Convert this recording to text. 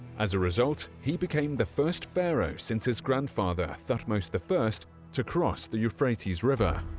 as a result, he became the first pharaoh since his grandfather thutmose the first to cross the euphrates river.